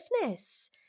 business